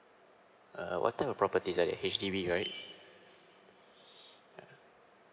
uh what type of property that a H_D_B right